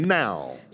now